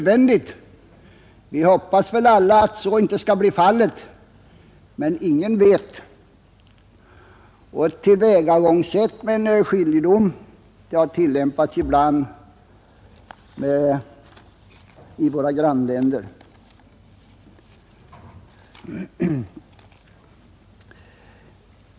Vi hoppas väl alla att så inte skall bli fallet, men ingen vet. Tillvägagångssättet med skiljedom har ibland tillämpats i våra grannländer.